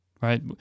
right